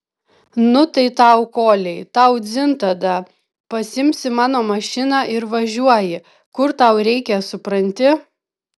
nu tai tau koliai tau dzin tada pasiimsi mano mašiną ir važiuoji kur tau reikia supranti